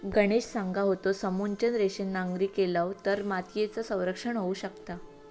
गणेश सांगा होतो, समोच्च रेषेन नांगरणी केलव तर मातीयेचा संरक्षण होऊ शकता